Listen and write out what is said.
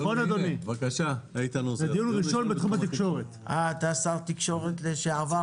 הוא לא נמצא כאן עכשיו, אבל צריך להגיד לו, ליעקב